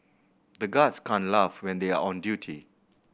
the guards can't laugh when they are on duty